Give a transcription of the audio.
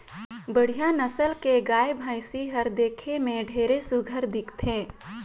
बड़िहा नसल के गाय, भइसी हर देखे में ढेरे सुग्घर दिखथे